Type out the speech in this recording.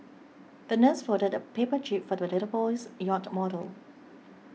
the nurse folded a paper jib for the little boy's yacht model